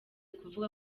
kuvuga